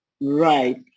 right